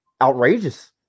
outrageous